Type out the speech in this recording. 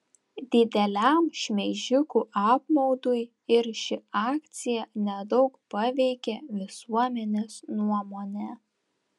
dideliam šmeižikų apmaudui ir ši akcija nedaug paveikė visuomenės nuomonę